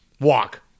walk